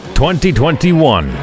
2021